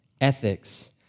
ethics